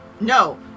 No